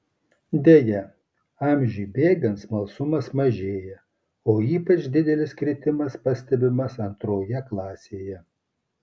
deja amžiui bėgant smalsumas mažėja o ypač didelis kritimas pastebimas antroje klasėje